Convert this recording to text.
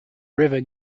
river